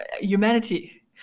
humanity